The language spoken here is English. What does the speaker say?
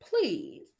Please